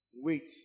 Wait